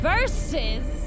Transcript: Versus